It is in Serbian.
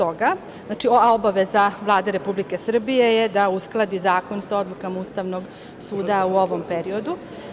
Obaveza Vlade Republike Srbije je da uskladi zakona sa odlukama Ustavnog suda u ovom periodu.